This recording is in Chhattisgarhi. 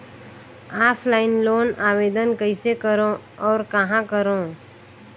ऑफलाइन लोन आवेदन कइसे करो और कहाँ करो?